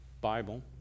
Bible